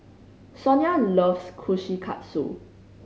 Sonya loves Kushikatsu